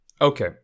Okay